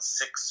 six